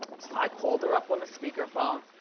so i called her up on the speaker phone,